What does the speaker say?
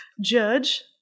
Judge